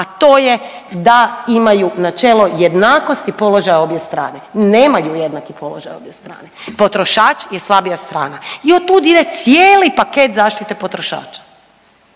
a to je da imaju načelo jednakosti položaja obje strane. Nemaju jednaki položaj obje strane, potrošač je slabija strana i otud ide cijeli paket zaštite potrošača.